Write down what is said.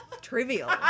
trivial